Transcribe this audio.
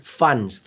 funds